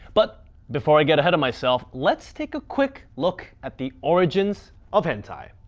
but before i get ahead of myself, let's take a quick look at the origins of hentai.